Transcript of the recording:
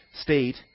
state